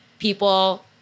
people